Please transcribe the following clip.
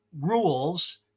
rules